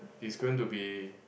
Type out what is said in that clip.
it's going to be